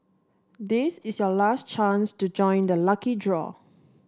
this is your last chance to join the lucky draw